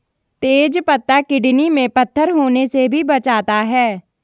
तेज पत्ता किडनी में पत्थर होने से भी बचाता है